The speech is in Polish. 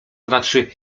znaczy